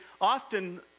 often